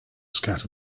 scatter